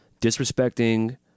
disrespecting